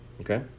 Okay